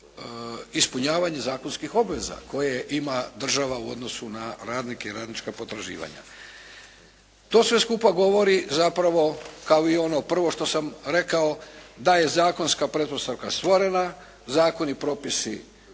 ispunjavanje zakonskih obveza koje ima država u odnosu na radnike i radnička potraživanja. To sve skupa govori zapravo kao i ono prvo što sam rekao da je zakonska pretpostavka stvorena, zakon i propisi